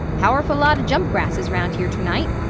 powerful lot o jump-grasses round here ternight.